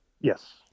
Yes